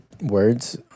words